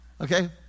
okay